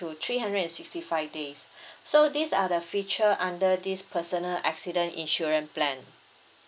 to three hundred and sixty five days so these are the feature under this personal accident insurance plan